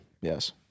Yes